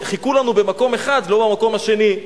חיכו לנו במקום אחד ולא במקום השני,